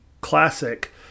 classic